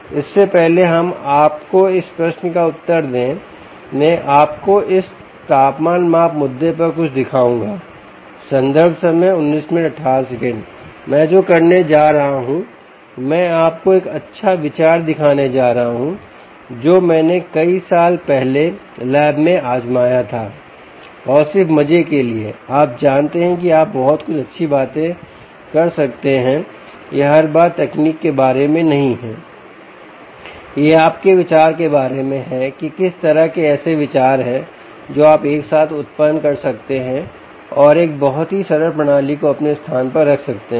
इस से पहले हम आपको इस प्रश्न का उत्तर दे मैं आपको इस तापमान माप मुद्दे पर कुछ दिखाऊंगा संदर्भ समय 1918 मैं जो करने जा रहा हूं मैं आपको एक अच्छा विचार दिखाने जा रहा हूं जो मैंने कई साल पहले लैब में आजमाया था और सिर्फ मज़े के लिए आप जानते हैं कि आप बहुत कुछ अच्छी बातें कर सकते हैं यह हर बार तकनीक के बारे में नहीं है यह आपके विचार के बारे में है कि किस तरह के ऐसे विचार है जो आप एक साथ उत्पन्न कर सकते हैं और एक बहुत ही सरल प्रणाली को अपने स्थान पर रख सकते हैं